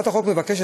הצעת החוק מבקשת,